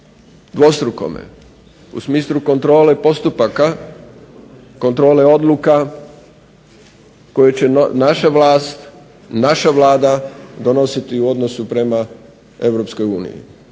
dvostrukome, u smislu kontrole postupaka, kontrole odluka koje će naša vlast, naša Vlada donositi u odnosu prema EU